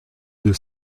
deux